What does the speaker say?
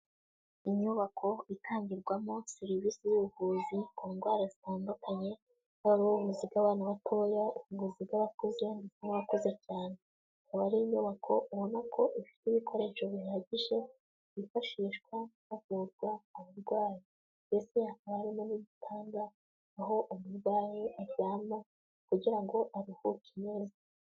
Inyubako itangirwamo serivisi z'ubuvuzi ku ndwara zitandukanye habaho ubuzuga bw'abana batoya, ubuvuzi bw'abakuze ndetse n'abakuze cyane, akaba ari inyubako ubona ko ibikoresho bihagije byifashishwa havurwa uburwayi ndetse hari n'igitanda aho umurwayi aryama kugira ngo aruhuke neza.